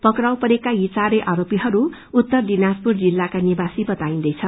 पक्राउ परेका यी चारै आरोपीहरू उत्तर दिनाजपुर जिल्लाका निवासी बताइन्दैछ